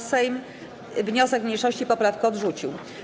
Sejm wniosek mniejszości i poprawkę odrzucił.